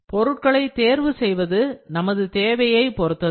பொருட்களை தேர்வு செய்வது நமது தேவையை பொறுத்தது